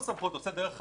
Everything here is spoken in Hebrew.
עושה דרך הממשלה.